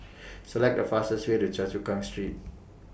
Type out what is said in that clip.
Select The fastest Way to Choa Chu Kang Street